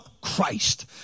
Christ